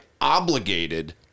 obligated